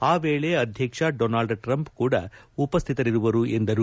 ಆ ವೇಳೆ ಅಧ್ಯಕ್ಷ ಡೊನಾಲ್ಡ್ ಟ್ರಂಪ್ ಕೂಡ ಉಪಸ್ಥಿತರಿರಲಿದ್ದಾರೆ ಎಂದರು